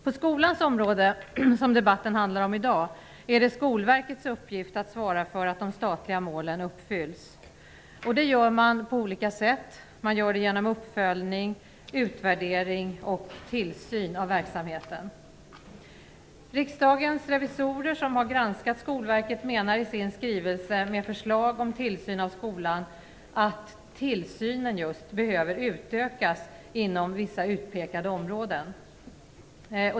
På skolans område, som debatten handlar om i dag, är det Skolverkets uppgift att svara för att de statliga målen uppfylls. Det gör man genom uppföljning, utvärdering och tillsyn av verksamheten. Riksdagens revisorer som har granskat Skolverket menar i sin skrivelse med förslag om tillsyn av skolan att just tillsynen behöver utökas inom vissa utpekade områden.